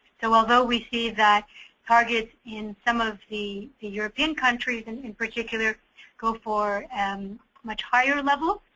so although we see that target in some of the european countries and in particular go for and much higher level